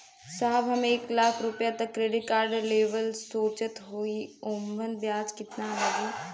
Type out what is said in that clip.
साहब हम एक लाख तक क क्रेडिट कार्ड लेवल सोचत हई ओमन ब्याज कितना लागि?